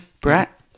brett